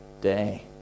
day